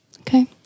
Okay